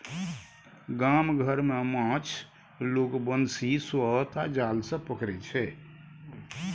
गाम घर मे माछ लोक बंशी, सोहथ आ जाल सँ पकरै छै